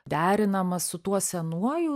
derinamas su tuo senuoju